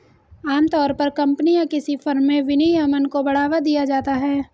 आमतौर पर कम्पनी या किसी फर्म में विनियमन को बढ़ावा दिया जाता है